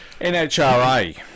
NHRA